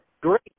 great